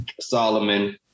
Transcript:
Solomon